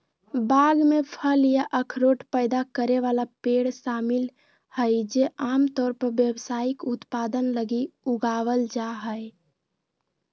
बाग में फल या अखरोट पैदा करे वाला पेड़ शामिल हइ जे आमतौर पर व्यावसायिक उत्पादन लगी उगावल जा हइ